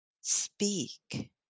speak